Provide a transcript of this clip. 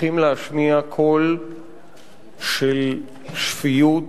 צריכים להשמיע קול של שפיות,